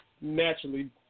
naturally